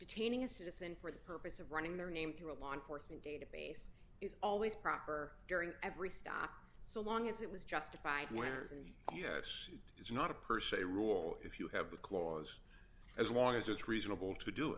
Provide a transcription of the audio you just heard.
detaining a citizen for the purpose of running their name through a law enforcement database is always proper during every stop so long as it was justified when it is and yes it's not a person a rule if you have the clause as long as it's reasonable to do